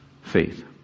faith